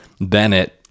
Bennett